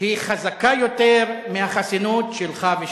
היא חזקה יותר מהחסינות שלך ושלי.